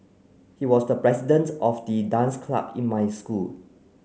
he was the president of the dance club in my school